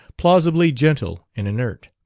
plausibly gentle and inert.